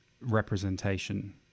representation